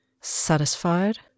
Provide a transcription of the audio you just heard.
Satisfied